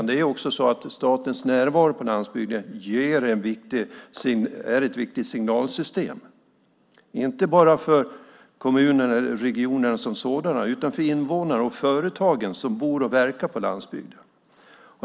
Det är också så att statens närvaro på landsbygden är ett viktigt signalsystem, inte bara för kommunerna och regionerna som sådana utan för invånare och företag som bor och verkar på landsbygden.